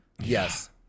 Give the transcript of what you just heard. Yes